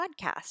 podcast